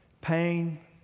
pain